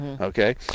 Okay